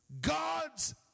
God's